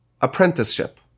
apprenticeship